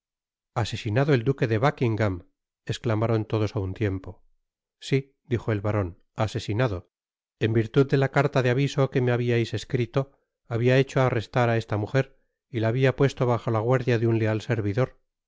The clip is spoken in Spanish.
asesinado el duque de buckingam esclamaron lodos á un tiempo si dijo el baron asesinado en virtud de la carta de aviso que me habiais escrito toabia hecho arrestar á esta mujer y la habia puesto bajo la guardia de un leal servidor